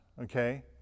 Okay